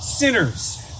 Sinners